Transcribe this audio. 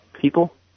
people